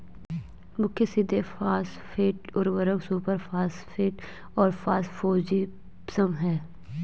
मुख्य सीधे फॉस्फेट उर्वरक सुपरफॉस्फेट और फॉस्फोजिप्सम हैं